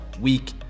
week